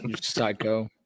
psycho